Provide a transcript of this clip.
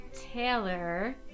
Taylor